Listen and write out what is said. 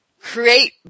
create